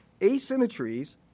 asymmetries